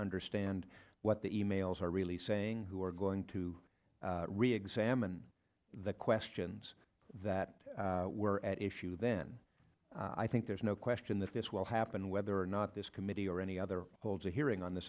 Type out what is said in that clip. understand what the e mails are really saying who are going to reexamine the questions that were at issue then i think there's no question that this will happen whether or not this committee or any other holds a hearing on the